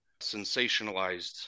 sensationalized